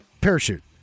parachute